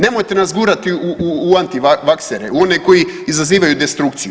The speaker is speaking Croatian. Nemojte nas gurati u antivaksere u one koji izazivaju destrukciju.